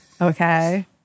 okay